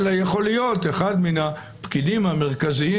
אלא יכול להיות אחד מן הפקידים המרכזיים